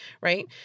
right